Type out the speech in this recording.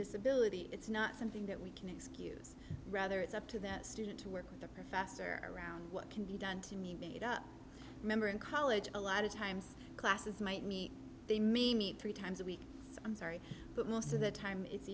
disability it's not something that we can excuse rather it's up to the student to work the professor around what can be done to me made up remember in college a lot of times classes might meet the me meet three times a week i'm sorry but most of the time it's